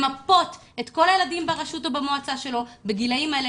למפות את כל הילדים ברשות או במועצה בגילאים האלה,